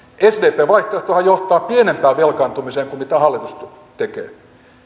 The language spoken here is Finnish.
sdpn vaihtoehtohan johtaa pienempään velkaantumiseen kuin mitä hallitus tekee